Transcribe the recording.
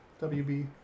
WB